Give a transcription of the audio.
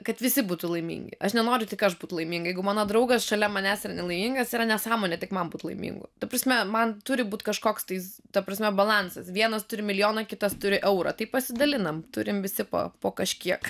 kad visi būtų laimingi aš nenoriu tik aš būt laiminga jeigu mano draugas šalia manęs ir nelaimingas yra nesąmonė tik man būti laimingu ta prasme man turi būti kažkoks tai ta prasme balansas vienas turi milijoną kitas turi eurą tai pasidalinam turim visi po po kažkiek